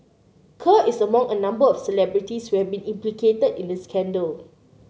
Kerr is among a number of celebrities who have been implicated in the scandal